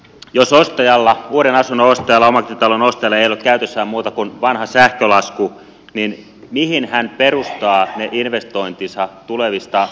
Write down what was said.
jos uuden asunnon ostajalla omakotitalon ostajalla ei ole käytössään muuta kuin vanha sähkölasku niin mihin hän perustaa ne investointinsa tulevista remonteista